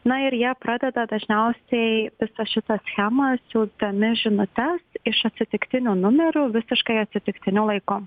na ir jie pradeda dažniausiai visą šitą schemą siųsdami žinutes iš atsitiktinių numerių visiškai atsitiktinio laiko